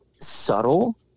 subtle